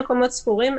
מקומות ספורים.